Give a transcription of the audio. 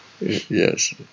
Yes